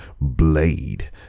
blade